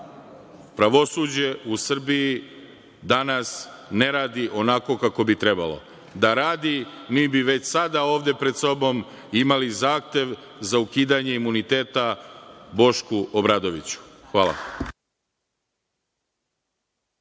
pravosuđe u Srbiji danas ne radi onako kako bi trebalo. Da radi, mi bi već sada ovde pred sobom imali zahtev za ukidanje imuniteta Bošku Obradoviću. Hvala.